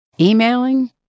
Emailing